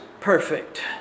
perfect